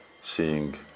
seeing